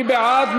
מי בעד?